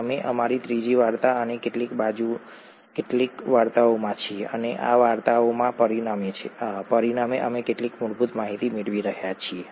અમે અમારી ત્રીજી વાર્તા અને કેટલીક બાજુની વાર્તાઓમાં છીએ અને આ વાર્તાઓના પરિણામે અમે કેટલીક મૂળભૂત માહિતી મેળવી રહ્યા છીએ